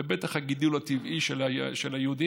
ובטח הגידול הטבעי של היהודים,